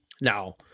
Now